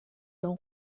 don